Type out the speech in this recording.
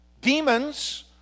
demons